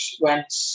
went